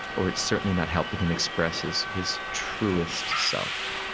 or it's certainly not helping him express his his truest self.